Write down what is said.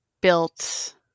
built